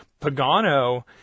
Pagano